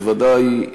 בוודאי,